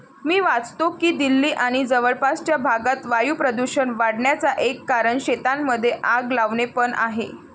मी वाचतो की दिल्ली आणि जवळपासच्या भागात वायू प्रदूषण वाढन्याचा एक कारण शेतांमध्ये आग लावणे पण आहे